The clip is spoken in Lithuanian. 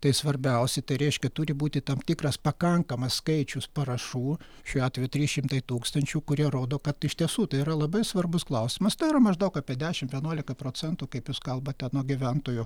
tai svarbiausi tai reiškia turi būti tam tikras pakankamas skaičius parašų šiuo atveju trys šimtai tūkstančių kurie rodo kad iš tiesų tai yra labai svarbus klausimas tai yra maždaug apie dešimt vienuolika procentų kaip jūs kalbate nuo gyventojų